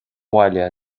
bhaile